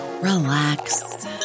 relax